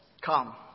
Come